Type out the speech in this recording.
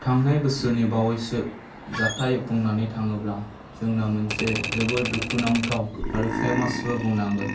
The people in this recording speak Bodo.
थांनाय बोसोरनि बावैसो जाथाय बुंनानै थाङोब्ला जोंना मोनसे जोबोर दुखु नांथाव आरो फेमासबो बुंनांगोन